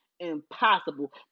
impossible